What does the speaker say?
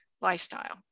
lifestyle